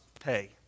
pay